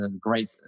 great